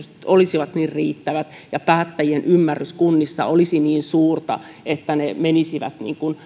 olisivat niin riittävät ja päättäjien ymmärrys kunnissa olisi niin suurta että ne menisivät